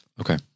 Okay